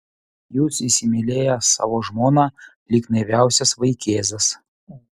jūs įsimylėjęs savo žmoną lyg naiviausias vaikėzas